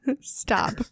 Stop